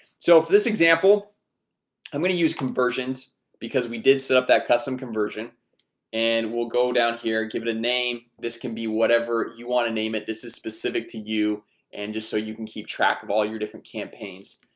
so for this example i'm gonna use conversions because we did set up that custom conversion and we'll go down here. give it a name this can be whatever you want to name it this is specific to you and just so you can keep track of all your different campaigns.